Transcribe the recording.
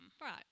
Right